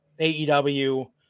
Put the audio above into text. AEW